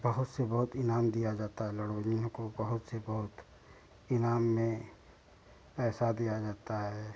बहुत से बहुत इनाम दिया जाता है लड़वाइया को बहुत से बहुत इनाम में पैसा दिया जाता है